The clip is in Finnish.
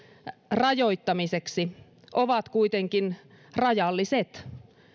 rajoittamiseksi ovat kuitenkin rajalliset